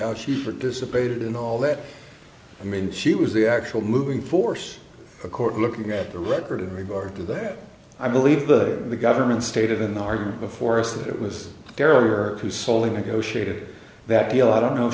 she she for it dissipated in all that i mean she was the actual moving force of court looking at the record in regard to that i believe the government stated in the argument before us that it was there or who slowly negotiated that deal i don't know if